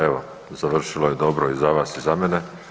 Evo završilo je dobro i za vas i za mene.